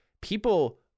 people